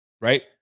right